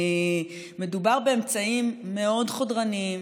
מדובר באמצעים מאוד חודרניים,